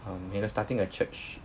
um you know starting a church